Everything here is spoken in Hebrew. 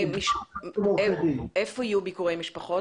באלו בתי כלא יהיו ביקורי משפחות?